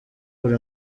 buri